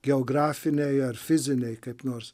geografiniai ar fiziniai kaip nors